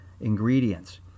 Ingredients